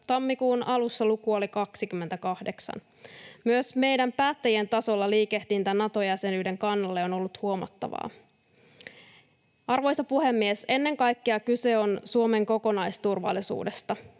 Tammikuun alussa luku oli 28. Myös meidän päättäjien tasolla liikehdintä Nato-jäsenyyden kannalle on ollut huomattavaa. Arvoisa puhemies! Ennen kaikkea kyse on Suomen kokonaisturvallisuudesta.